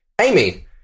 Amy